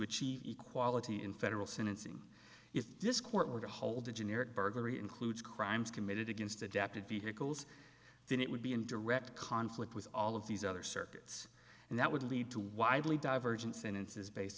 achieve equality in federal sentencing if this court were to hold a generic burglary includes crimes committed against adapted vehicles then it would be in direct conflict with all of these other circuits and that would lead to widely divergent sentences based